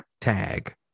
tag